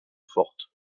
forte